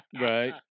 Right